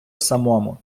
самому